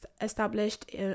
established